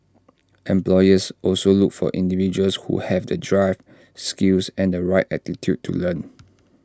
employers also look for individuals who have the drive skills and the right attitude to learn